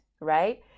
right